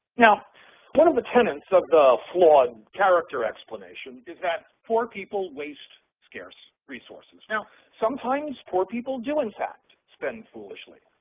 now one of the tenets of the flawed character explanation is that poor people waste scarce resources. now sometimes poor people do, in fact, spend foolishly.